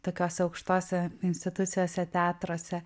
tokiose aukštose institucijose teatruose